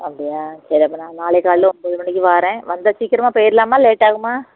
அப்படியா சரி அப்போ நான் நாளைக்கு காலையில ஒன்போது மணிக்கு வாரேன் வந்தால் சீக்கிரமா போயிர்லாமா லேட் ஆகுமா